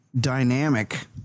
dynamic